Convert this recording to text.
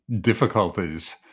difficulties